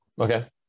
Okay